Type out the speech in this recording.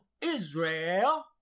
Israel